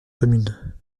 commune